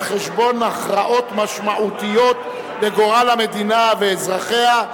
חשבון הכרעות משמעותיות לגורל המדינה ואזרחיה,